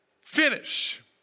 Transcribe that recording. Finish